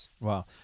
Wow